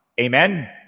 Amen